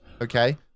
okay